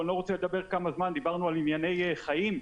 אני לא רוצה לדבר כמה זמן דיברנו על ענייני חיים,